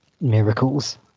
Miracles